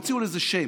המציאו לזה שם: